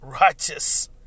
righteous